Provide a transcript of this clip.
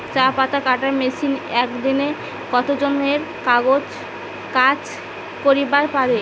চা পাতা কাটার মেশিন এক দিনে কতজন এর কাজ করিবার পারে?